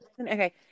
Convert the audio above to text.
Okay